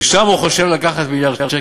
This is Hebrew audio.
משם הוא חושב לקחת מיליארד שקל.